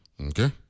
Okay